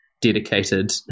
dedicated